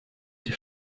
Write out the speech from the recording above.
die